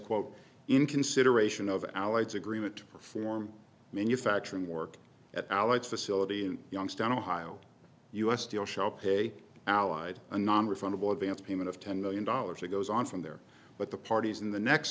quote in consideration of allies agreement to perform manufacturing work at allied facility in youngstown ohio u s steel shall pay allied nonrefundable advance payment of ten million dollars it goes on from there but the parties in the next